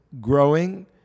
growing